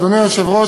אדוני היושב-ראש,